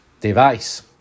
device